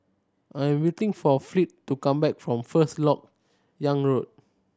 I'm waiting for Fleet to come back from First Lok Yang Road